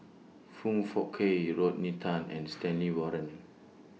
Foong Fook Kay Rodney Tan and Stanley Warren